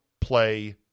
play